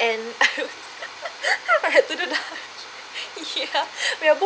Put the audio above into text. and I was I had to do the ya we are both